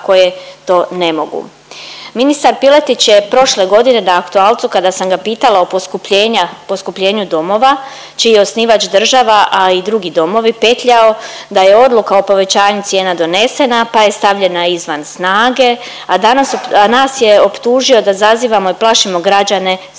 koji to ne mogu? Ministar Piletić je prošle godine na aktualcu kada sam ga pitala o poskupljenju domova, čiji je osnivač država, a i drugi domovi, petljao da je odluka o povećanju cijena donesena pa je stavljena izvan snage, a danas, a nas je optužio da zazivamo i plašimo građane sa poskupljenjima.